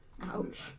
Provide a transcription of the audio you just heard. Ouch